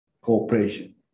cooperation